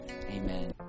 Amen